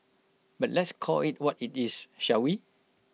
but let's call IT what IT is shall we